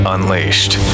Unleashed